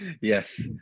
yes